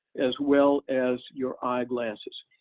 as well as your eye glasses.